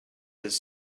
his